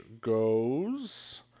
goes